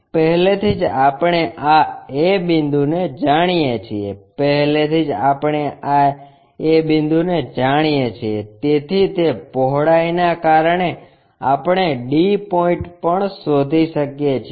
પહેલેથી જ આપણે આ a બિંદુને જાણીએ છીએ પહેલેથી જ આપણે a બિંદુ જાણીએ છીએ તેથી તે પહોળાઈ ના કારણે આપણે d પોઇન્ટ પણ શોધી શકીએ છીએ